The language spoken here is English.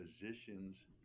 positions